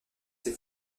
ses